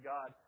God